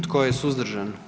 Tko je suzdržan?